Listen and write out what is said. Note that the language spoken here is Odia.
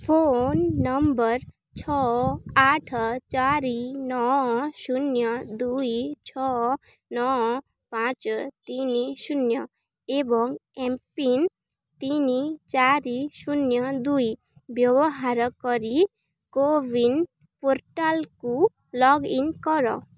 ଫୋନ ନମ୍ବର ଛଅ ଆଠ ଚାରି ନଅ ଶୂନ୍ୟ ଦୁଇ ଛଅ ନଅ ପାଞ୍ଚ ତିନି ଶୂନ୍ୟ ଏବଂ ଏମ୍ ପିନ୍ ତିନି ଚାରି ଶୂନ୍ୟ ଦୁଇ ବ୍ୟବହାର କରି କୋୱିନ୍ ପୋର୍ଟାଲ୍କୁ ଲଗ୍ ଇନ୍ କର